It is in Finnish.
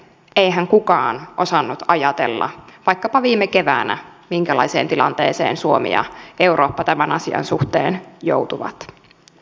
eihän kukaan osannut ajatella vaikkapa viime keväänä minkälaiseen tilanteeseen suomi ja eurooppa tämän asian suhteen joutuvat